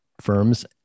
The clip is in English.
Firms